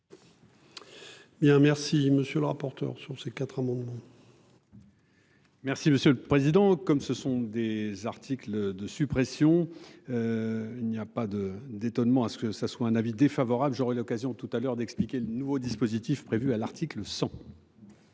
monsieur le rapporteur. Sur ces quatre amendements. Merci monsieur le président. Comme ce sont des articles de suppression. Il n'y a pas de d'étonnement à ce que ça soit un avis défavorable. J'aurai l'occasion tout à l'heure d'expliquer le nouveau dispositif prévu à l'article 100.